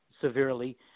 severely